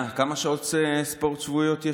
גברתי השרה, כמה שעות ספורט בשבוע יש?